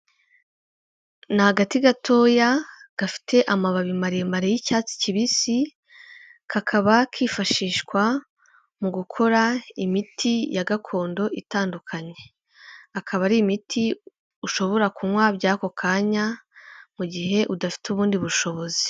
Ni agati gatoya gafite amababi maremare y'icyatsi kibisi kakaba kifashishwa mu gukora imiti ya gakondo itandukanye, akaba ari imiti ushobora kunywa by'ako kanya mu gihe udafite ubundi bushobozi.